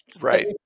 Right